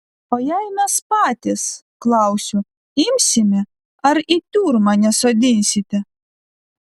o jei mes patys klausiu imsime ar į tiurmą nesodinsite